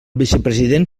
vicepresident